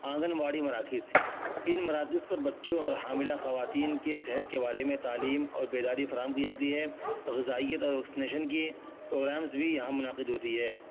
آنگن واڑی مراکز ان مراکز پر بچوں اور حاملہ خواتین کے صحت کے بارے میں تعلیم اور بیداری فراہم کی جاتی ہے غذائیت اور ویکسینیشن کی پروگرامز بھی یہاں منعقد ہوتی ہے